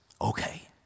Okay